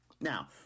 Now